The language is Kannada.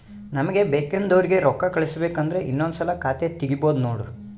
ನಮಗೆ ಬೇಕೆಂದೋರಿಗೆ ರೋಕ್ಕಾ ಕಳಿಸಬೇಕು ಅಂದ್ರೆ ಇನ್ನೊಂದ್ಸಲ ಖಾತೆ ತಿಗಿಬಹ್ದ್ನೋಡು